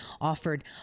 offered